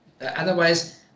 Otherwise